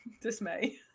dismay